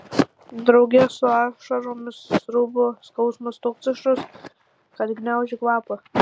drauge su ašaromis sruvo skausmas toks aštrus kad gniaužė kvapą